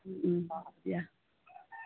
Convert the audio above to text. দিয়া